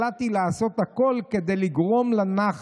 החלטתי לעשות הכול כדי לגרום לה נחת.